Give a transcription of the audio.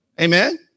Amen